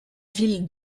ville